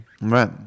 Right